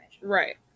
Right